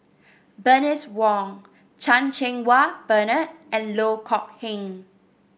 Bernice Wong Chan Cheng Wah Bernard and Loh Kok Heng